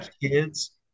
kids